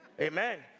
Amen